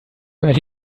where